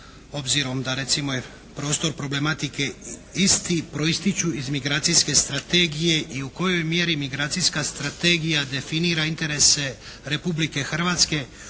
obzirom da recimo jer prostor problematike, isti proističu iz migracijske strategije i u kojoj mjeri migracijska strategija definira interese Republike Hrvatske